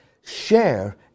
share